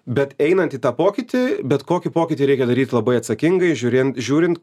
bet einant į tą pokytį bet kokį pokytį reikia daryt labai atsakingai žiūrin žiūrint